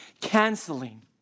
canceling